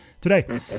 today